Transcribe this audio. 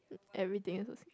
everything also s~